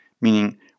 meaning